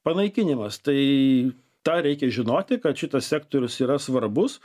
panaikinimas tai tą reikia žinoti kad šitas sektorius yra svarbus